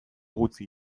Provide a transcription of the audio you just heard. gutxi